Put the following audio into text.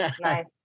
Nice